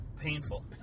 Painful